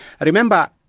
Remember